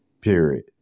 period